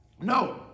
No